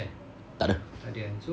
tak ada